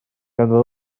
ganddo